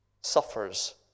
suffers